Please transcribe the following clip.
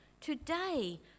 Today